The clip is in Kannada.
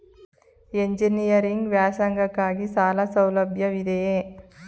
ಎಂಜಿನಿಯರಿಂಗ್ ವ್ಯಾಸಂಗಕ್ಕಾಗಿ ಸಾಲ ಸೌಲಭ್ಯವಿದೆಯೇ?